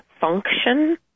function